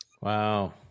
Wow